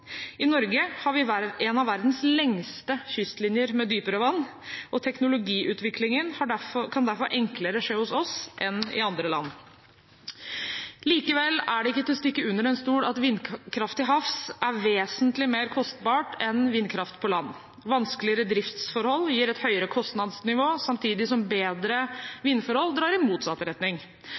I Norge har vi en av verdens lengste kystlinjer med dypt vann, og teknologiutviklingen kan derfor enklere skje hos oss enn i andre land. Likevel er det ikke til å stikke under stol at vindkraft til havs er vesentlig mer kostbart enn vindkraft på land. Vanskeligere driftsforhold gir et høyere kostnadsnivå, samtidig som bedre vindforhold drar i motsatt retning.